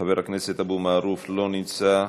חבר הכנסת אבו מערוף, לא נמצא.